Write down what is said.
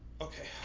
okay